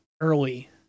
Early